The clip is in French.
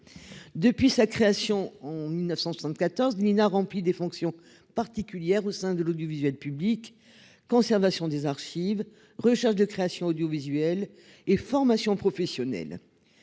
Depuis sa création en 1974 a rempli des fonctions particulières au sein de l'audiovisuel public conservation des archives recherche de création audiovisuelle et formation professionnelle.